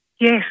Yes